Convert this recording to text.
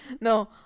No